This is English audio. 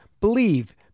believe